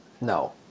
No